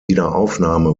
wiederaufnahme